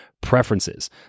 preferences